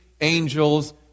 angels